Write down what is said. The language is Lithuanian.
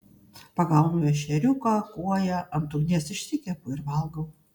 pagaunu ešeriuką kuoją ant ugnies išsikepu ir valgau